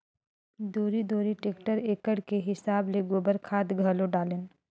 दूरी दूरी टेक्टर एकड़ के हिसाब ले गोबर खाद घलो डालेन